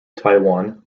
taiwan